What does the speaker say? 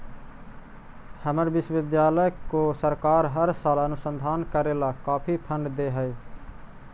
हमर विश्वविद्यालय को सरकार हर साल अनुसंधान करे ला काफी फंड दे हई